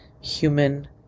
human